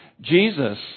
Jesus